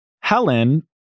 Helen